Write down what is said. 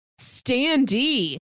standee